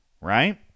Right